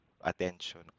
attention